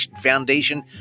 Foundation